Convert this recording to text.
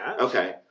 Okay